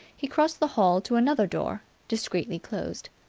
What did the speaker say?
he crossed the hall to another door, discreetly closed.